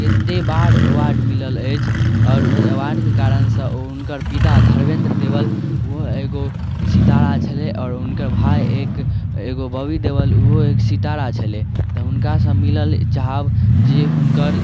केत्ते बार एवार्ड मिलल अछि आओर ओ एवार्डके कारण सँ हुनकर पिता धर्मेद्र देवल ओहो एगो सितारा छलै आओर हुनकर भाइ एगो बॉबी देवल ओहो एक सितारा छलै तऽ हुनकासँ मिलल चाहब जे हुनकर